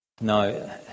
No